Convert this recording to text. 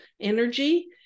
energy